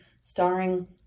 starring